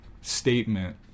statement